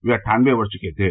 वह अट्ठानबे वर्ष के थे